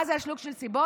מה זה השלוק של סיבוני?